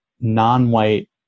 non-white